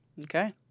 Okay